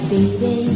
Baby